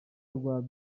rwa